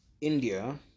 India